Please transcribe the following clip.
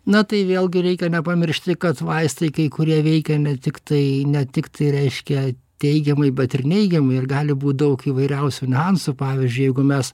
na tai vėlgi reikia nepamiršti kad vaistai kai kurie veikia ne tiktai ne tik tai reiškia teigiamai bet ir neigiamai ir gali būt daug įvairiausių nuansų pavyzdžiui jeigu mes